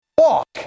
Walk